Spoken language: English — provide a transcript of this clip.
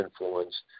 influence